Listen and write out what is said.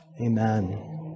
Amen